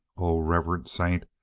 o revered saint!